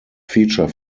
feature